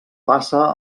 passa